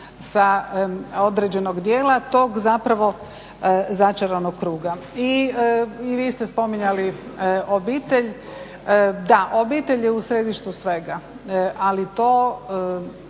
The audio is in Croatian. sa određenog dijela, tog začaranog kruga. I vi ste spominjali obitelj, da, obitelj je u središtu svega ali to